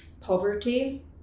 poverty